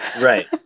right